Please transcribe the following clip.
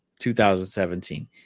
2017